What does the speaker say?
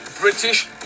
British